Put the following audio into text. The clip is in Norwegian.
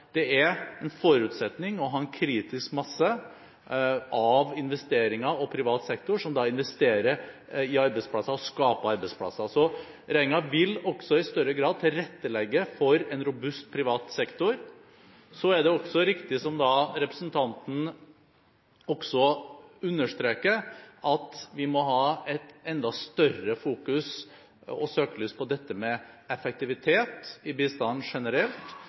en forutsetning å ha en kritisk masse av investeringer og privat sektor som investerer i arbeidsplasser og skaper arbeidsplasser. Så regjeringen vil også i større grad tilrettelegge for en robust privat sektor. Det er også riktig, som representanten understreker, at vi må ha et enda sterkere fokus og søkelys på dette med effektivitet i bistanden generelt.